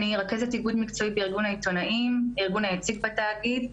אני רכזת איגוד מקצועי בארגון העיתונאים - הארגון היציג בתאגיד.